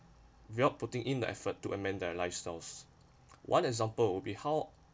we are putting in the effort to amend their lifestyles one example would be how